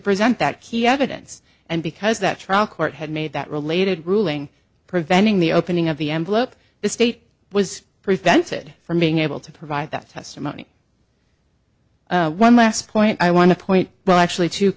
present that key evidence and because that trial court had made that related ruling preventing the opening of the envelope the state was prevented from being able to provide that testimony one last point i want to point well actually t